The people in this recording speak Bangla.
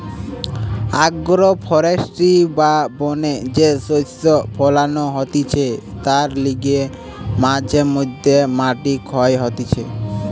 আগ্রো ফরেষ্ট্রী বা বনে যে শস্য ফোলানো হতিছে তার লিগে মাঝে মধ্যে মাটি ক্ষয় হতিছে